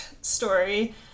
story